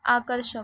आकर्षक